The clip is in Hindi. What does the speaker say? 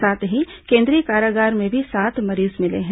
साथ ही केंद्रीय कारागार में भी सात मरीज मिले हैं